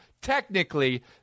Technically